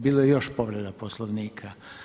Bilo je još povreda Poslovnika.